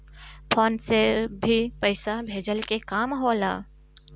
phone पे से भी पईसा भेजला के काम होला